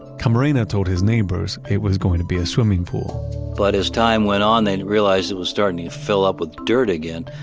camarena told his neighbors it was going to be a swimming pool but as time went on, they realized it was starting to fill up with dirt again,